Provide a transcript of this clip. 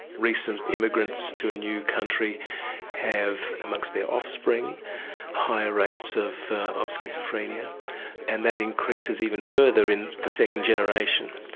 recent immigrants to a new country have amongst their offspring higher rates of of schizophrenia and that increases even further in the second generation.